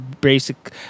basic